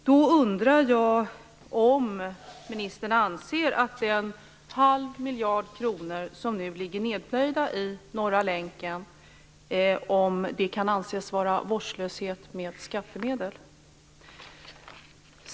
Då undrar jag om ministern anser att den halva miljarden kronor som nu ligger nedplöjd i Norra länken kan anses vara uttryck för vårdslöshet med skattemedel.